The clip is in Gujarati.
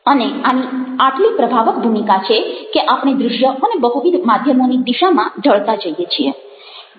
અને આની આટલી પ્રભાવક ભૂમિકા છે કે આપણે દૃશ્ય અને બહુવિધ માધ્યમોની દિશામાં ઢળતા જઈએ છીએ